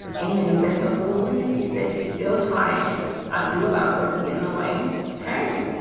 and even knows lillian you said you're still trying i do allow self to get in the way okay,